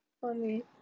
Funny